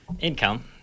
income –